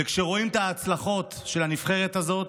וכשרואים את ההצלחות של הנבחרת הזו,